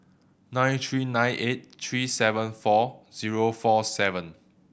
nine three nine eight three seven four zero four seven